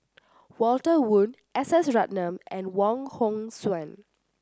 Walter Woon S S Ratnam and Wong Hong Suen